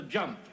jump